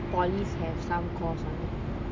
maybe polys have some course on it